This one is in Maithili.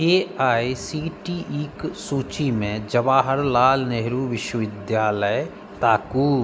A I C T E क सूचीमे जवाहरलाल नेहरू विश्वविद्यालय ताकू